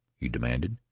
he demanded.